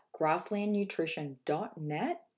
grasslandnutrition.net